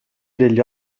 degli